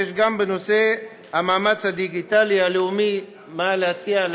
גם בנושא המאמץ הדיגיטלי הלאומי יש לממשלה מה להציע,